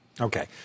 Okay